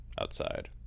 outside